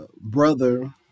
brother